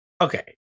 Okay